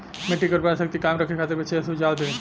मिट्टी के उर्वरा शक्ति कायम रखे खातिर विशेष सुझाव दी?